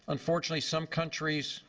unfortunately, some countries,